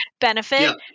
benefit